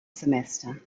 semester